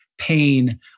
pain